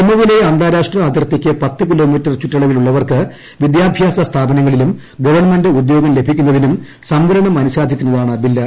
ജമ്മുവിലെ അന്താരാഷ്ട്ര അതിർത്തിക്ക് പത്ത് കിലോമീറ്റർ ചുറ്റളവിലുളളവർക്ക് വിദ്യാഭ്യാസ സ്ഥാപനങ്ങളിലും ഗവൺമെന്റ് ഉദ്യോഗം ലഭിക്കുന്നതിനും സംവരണം അനുശാസിക്കുന്നതാണ് ബില്ല്